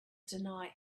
deny